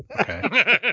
okay